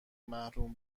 محروم